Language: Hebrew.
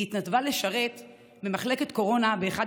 היא התנדבה לשרת במחלקת קורונה באחד